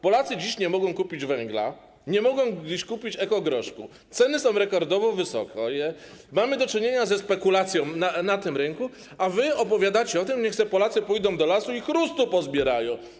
Polacy dziś nie mogą kupić węgla, nie mogą kupić ekogroszku, ceny są rekordowo wysokie, mamy do czynienia ze spekulacją na tym rynku, a wy opowiadacie, mówicie: niech sobie Polacy pójdą do lasu i chrust pozbierają.